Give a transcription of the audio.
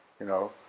you know.